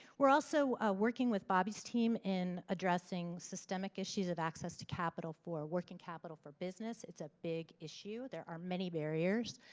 we're also working with bobby's team in addressing systemic issues of access to capital for working capital for business. it's a big issue. there are many barriers.